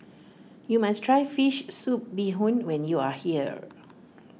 you must try Fish Soup Bee Hoon when you are here